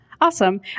awesome